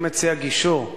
אני מציע גישור,